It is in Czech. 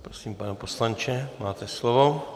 Prosím, pane poslanče, máte slovo.